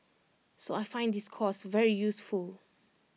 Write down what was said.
so I find this course very useful